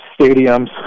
stadiums